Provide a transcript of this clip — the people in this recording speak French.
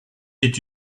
est